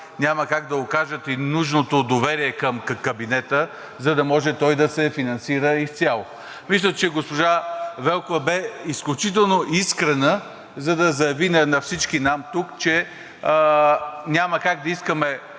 няма как да окажат и нужното доверие към кабинета, за да може той да се финансира изцяло. Мисля, че госпожа Велкова беше изключително искрена, за да заяви на всички нам тук, че няма как да искаме